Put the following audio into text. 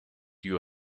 you